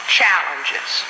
challenges